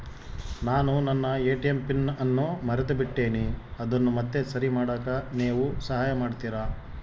ನಾನು ನನ್ನ ATM PIN ಅನ್ನು ಮರೆತುಬಿಟ್ಟೇನಿ ಅದನ್ನು ಮತ್ತೆ ಸರಿ ಮಾಡಾಕ ನೇವು ಸಹಾಯ ಮಾಡ್ತಿರಾ?